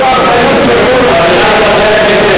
הניסיון שלכם לבוא,